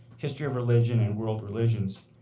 history of religion, and world religions.